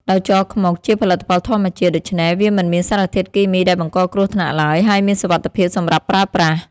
ដោយជ័រខ្មុកជាផលិតផលធម្មជាតិ ដូច្នេះវាមិនមានសារធាតុគីមីដែលបង្កគ្រោះថ្នាក់ឡើយ ហើយមានសុវត្ថិភាពសម្រាប់ប្រើប្រាស់។